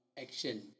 action